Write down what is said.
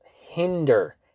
hinder